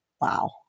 wow